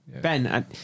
Ben